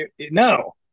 no